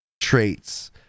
traits